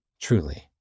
Truly